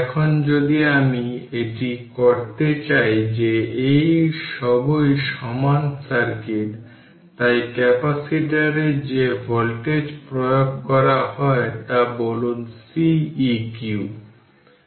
এখানে আপনি যদি সার্কিটে দেখেন যে 5 মাইক্রোফ্যারাড এবং 20 মাইক্রোফ্যারাড সিরিজে রয়েছে এর মানে এটিকে একত্রিত করতে হবে যেভাবে রেজিস্টর প্যারালাল এ থাকে